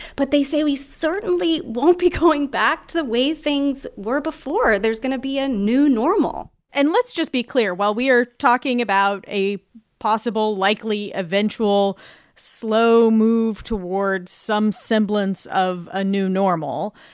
but they say we certainly won't be going back to the way things were before. there's going to be a new normal and let's just be clear. while we are talking about a possible, likely, eventual slow move towards some semblance of a new normal,